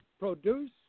Produce